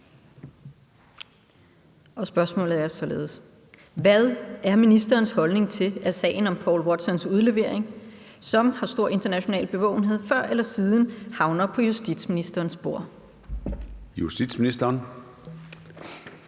Hvad er ministerens holdning til, at sagen om Paul Watsons udlevering – som har stor international bevågenhed – før eller siden havner på ministerens bord? Formanden